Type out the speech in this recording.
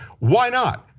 why not?